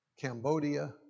Cambodia